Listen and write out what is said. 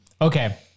Okay